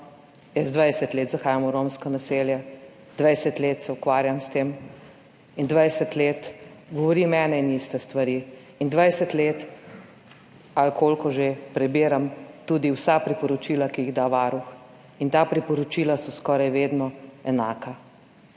jaz 20 let zahajam v romska naselja, 20 let se ukvarjam s tem in 20 let govorim ene in iste stvari in 20 let, ali koliko že, prebiram tudi vsa priporočila, ki jih da Varuh. In ta priporočila so skoraj vedno enaka.